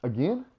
Again